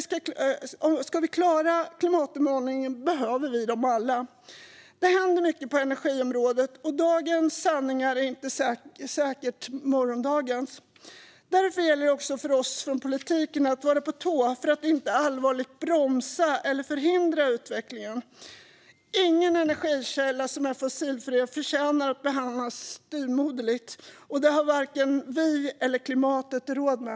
Ska vi klara klimatutmaningen behöver vi dem alla. Det händer mycket på energiområdet, och dagens sanningar är inte med säkerhet morgondagens. Därför gäller det också för oss från politiken att vara på tå för att inte allvarligt bromsa eller förhindra utvecklingen. Ingen energikälla som är fossilfri förtjänar att behandlas styvmoderligt - det har varken vi eller klimatet råd med.